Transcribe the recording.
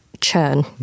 churn